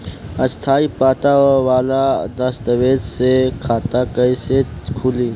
स्थायी पता वाला दस्तावेज़ से खाता कैसे खुली?